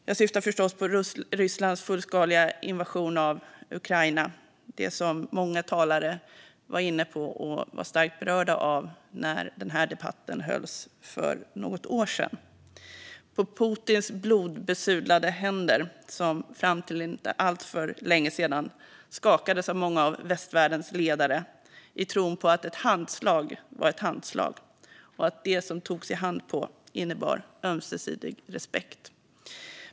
Jag syftar förstås på Rysslands fullskaliga invasion av Ukraina - som många talare var inne på och var starkt berörda av när denna debatt hölls för något år sedan - och på Putins blodbesudlade händer som fram till för inte alltför länge sedan skakades av många av västvärldens ledare i tron på att ett handslag var ett handslag och att det som man tog i hand på innebar ömsesidig respekt.